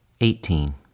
eighteen